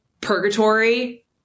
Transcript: purgatory